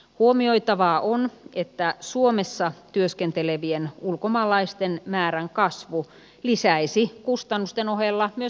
huomioitavaa on että suomessa työskentelevien ulkomaalaisten määrän kasvu lisäisi kustannusten ohella myös verotuloja